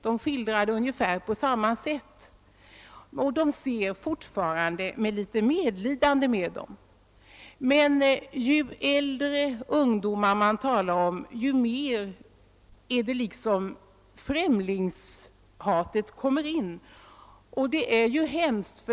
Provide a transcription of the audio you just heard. De skildrar det ungefär på samma sätt, och de ser fortfarande med litet medlidande på dem. Men ju äldre ungdomarna är, desto mera finner man att främlingshatet kommer in, och det är ju hemskt.